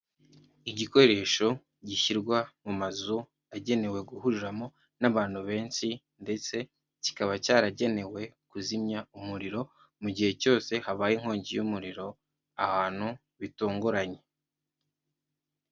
Igikoresho gishyirwa mu mazu agenewe guhuriramo n'abantu benshi ndetse kikaba cyaragenewe kuzimya umuriro mu gihe cyose habaye inkongi y'umuriro ahantu bitunguranye.